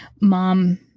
mom